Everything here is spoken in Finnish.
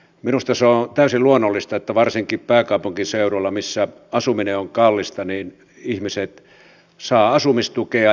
minusta se on täysin luonnollista että varsinkin pääkaupunkiseudulla missä asuminen on kallista ihmiset saavat asumistukea